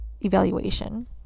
evaluation